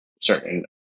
certain